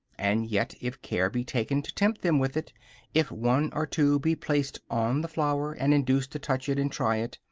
and yet, if care be taken to tempt them with it if one or two be placed on the flour, and induced to touch it and try it,